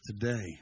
today